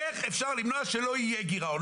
איך אפשר למנוע שלא יהיה גירעון?